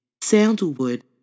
Sandalwood